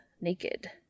naked